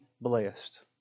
Blessed